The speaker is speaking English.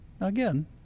again